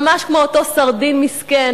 ממש כמו אותו סרדין מסכן,